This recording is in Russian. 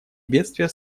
бедствия